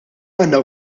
għandna